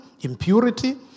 impurity